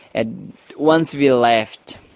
and once we left,